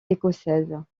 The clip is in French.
écossaises